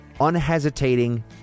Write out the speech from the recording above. unhesitating